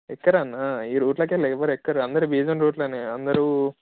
ఎక్కరన్నా ఈ రూట్లోకెళ్ళి ఎవ్వరు ఎక్కరు అందరూ బీజన్ రూట్ లోనే అందరూ